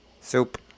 Soup